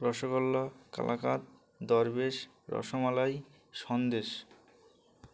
rasgulla kalakand darbesh rasmalai Sandesh